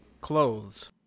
clothes